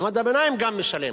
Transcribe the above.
גם מעמד הביניים משלם,